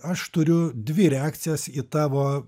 aš turiu dvi reakcijas į tavo